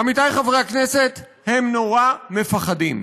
עמיתיי חברי הכנסת, הם נורא מפחדים,